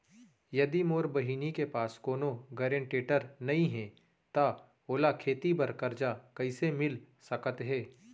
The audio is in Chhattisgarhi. यदि मोर बहिनी के पास कोनो गरेंटेटर नई हे त ओला खेती बर कर्जा कईसे मिल सकत हे?